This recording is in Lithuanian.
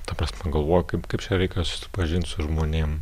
ta prasme galvoju kaip kaip čia reikia susipažint su žmonėm